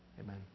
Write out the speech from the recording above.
amen